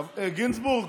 גינזבורג,